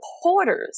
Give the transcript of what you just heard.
supporters